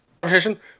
conversation